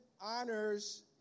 honors